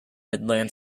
midland